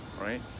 right